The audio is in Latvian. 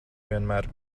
vienmēr